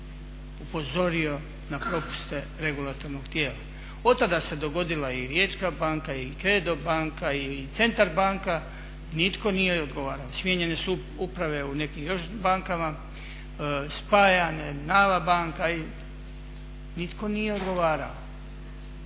upozorio na propuste regulatornog tijela. Od tada se dogodila i Riječka banka i Credo banka i Centar banka, nitko nije odgovarao. Smijenjene su uprave u nekim još bankama, spajane …/Govornik se ne